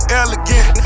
elegant